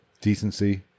decency